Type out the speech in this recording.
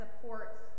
supports